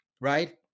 Right